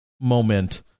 moment